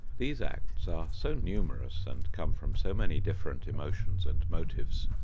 these acts are so numerous and come from so many different emotions and motives,